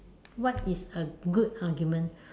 what is a good argument